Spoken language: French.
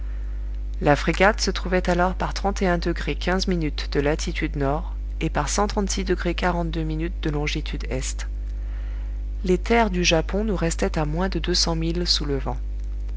la frégate se trouvait alors par de latitude nord et par de longitude est les terres du japon nous restaient à moins de deux cents milles sous le vent